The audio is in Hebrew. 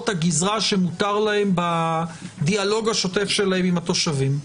הגזרה שמותר להם בדיאלוג השוטף שלהם עם התושבים.